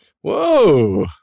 Whoa